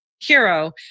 hero